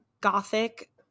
gothic